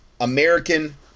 American